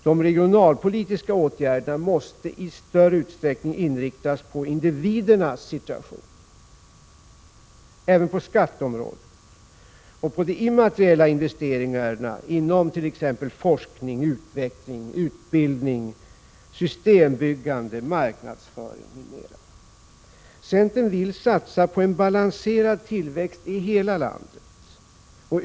De regionalpolitiska åtgärderna måste i större utsträckning inriktas på individernas situation än på skatteområdet och på immateriella investeringar inom t.ex. forskning, utveckling, utbildning, systembyggande, marknadsföring m.m. Centern vill satsa på en balanserad tillväxt i hela landet.